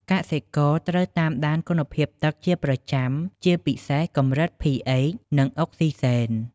កសិករត្រូវតាមដានគុណភាពទឹកជាប្រចាំ ជាពិសេសកម្រិត pH និងអុកស៊ីហ្សែន។